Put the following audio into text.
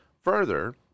Further